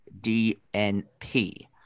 DNP